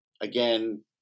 again